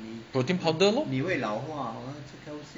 protein powder lor